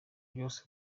byose